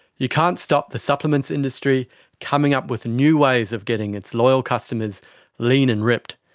you can't stop the supplements industry coming up with new ways of getting its loyal customers lean and ripped.